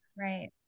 Right